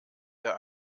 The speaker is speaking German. der